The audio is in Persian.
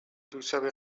دوستیابی